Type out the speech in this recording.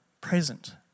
present